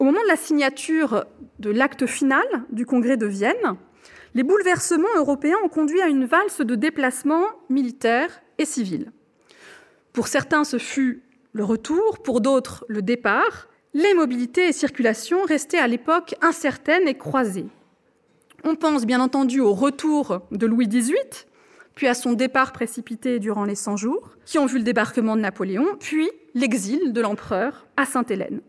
Au moment de la signature de l'acte final du congrès de Vienne, les bouleversements européens ont conduit à une valse de déplacements militaires et civils. Pour certains, ce fut le retour, pour d'autres, le départ. Les mobilités et circulations restaient à l'époque incertaines et croisées. On pense bien entendu au retour de Louis XVIII, puis à son départ précipité durant les 100 jours, qui ont vu le débarquement de Napoléon, puis l'exil de l'empereur à Sainte-Hélène.